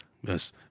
Yes